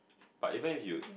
but even you